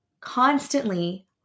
constantly